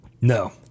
No